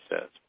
Says